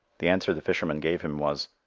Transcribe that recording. the answer the fisherman gave him was,